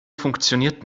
funktioniert